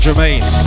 Jermaine